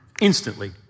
instantly